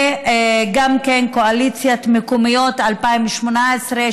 וגם כן קואליציית מקומיות 2018,